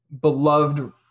beloved